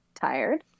Tired